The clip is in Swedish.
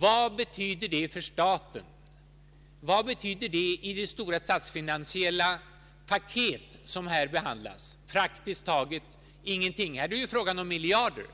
Vad betyder det för staten i det stora statsfinansiella paket som här behandlas? — Praktiskt taget ingenting, eftersom det här är fråga om miljarder.